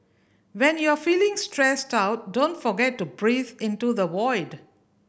when you are feeling stressed out don't forget to breathe into the void